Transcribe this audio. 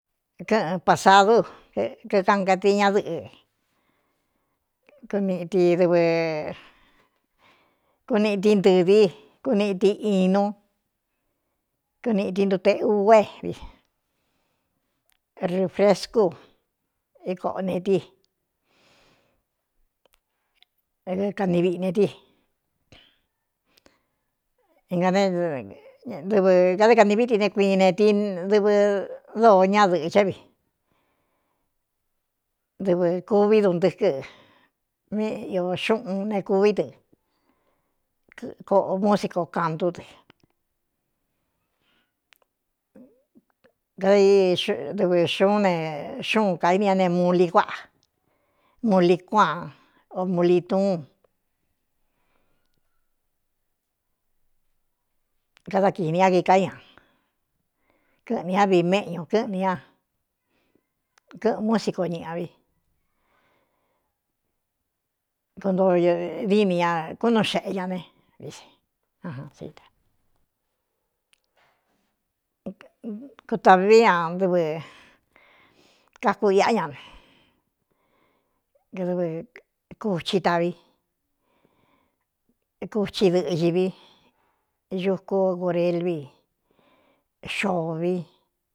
Kɨ̄ꞌɨ̄n pasadu kikaꞌnkatɨi ñadɨꞌɨ̄knɨ kuniꞌti ntɨɨ vi kuniꞌti inu kuniꞌti ntuteꞌug é vi rūfrescú ékoꞌo netikanvꞌneti nakadá kani viiti ne kuiꞌin ne ti dɨvɨ dóo ñadɨ̄ꞌɨ̄ ché vi dɨvɨ kuví duntɨ́kɨ méꞌñū xuꞌun ne kuví dɨ koꞌo musico cantú dɨ dɨvɨ xuún ne xúun kainiña ne muu ili kuaꞌa muuli cuan omuli tuun kada kiꞌni ñá kiká ñā kɨ̄ꞌɨn ñá vii méꞌñū kɨ́ꞌɨn ña kɨ̄ꞌɨ̄n músico ñɨꞌa vi kuntoo dîni ña kúnu xeꞌe ña ne vs nsííakutā vií ña ɨvɨ káku iꞌá ña ne dɨvɨ kuchi tavi kuchi dɨꞌɨ ñiví ñucú gūrelvi xoovi.